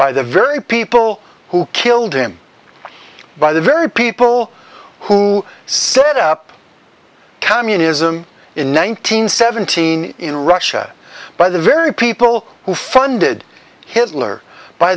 by the very people who killed him by the very people who set up communism in one thousand seventeen in russia by the very people who funded hitler by